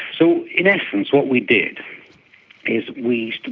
so in essence what we did is we,